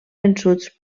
vençuts